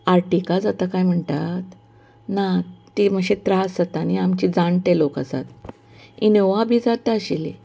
Ertiga जाता कांय म्हणटा ना तीं मात्शे त्रास जाता न्ही आमचे जाण्टे लोक आसात इनोवा बी जाता आशिल्ली